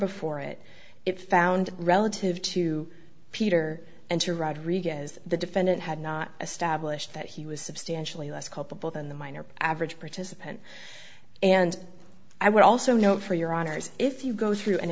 before it it found relative to peter and to rodriguez the defendant had not established that he was substantially less culpable than the minor average participant and i would also note for your honour's if you go through and